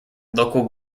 local